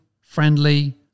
friendly